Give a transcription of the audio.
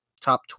top